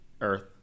Earth